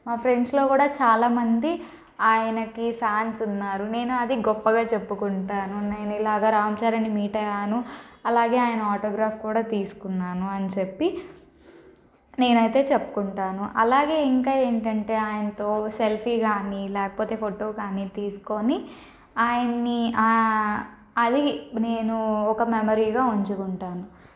మా ఫ్రెండ్స్లో కూడా చాలా మంది ఆయనకి ఫ్యాన్స్ ఉన్నారు నేను అది గొప్పగా చెప్పుకుంటాను నేను ఇలాగ రామ్చరణ్ని మీట్ అయ్యాను అలాగే ఆయన ఆటోగ్రాఫ్ కూడా తీసుకున్నాను అని చెప్పి నేను అయితే చెప్పుకుంటాను అలాగే ఇంకా ఏంటంటే ఆయనతో సెల్ఫీ కానీ లేకపోతే ఫోటో కానీ తీసుకొని ఆయన్ని అది నేను ఒక మెమరీగా ఉంచుకుంటాను